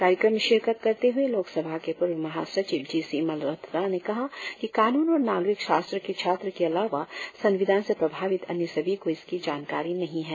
कार्यक्रम में शिरकत करते हुए लोक सभा के पूर्व महासचिव जी सी मलहोत्रा ने कहा कि कानून और नागरिक शास्त्र के छात्र के अलावा संविधान से प्रभावित अन्य सभी को इसकी जानकारी नहीं है